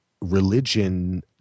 religion